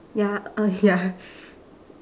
ya uh ya